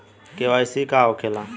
KYC का होखेला?